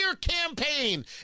campaign